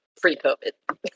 pre-COVID